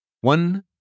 One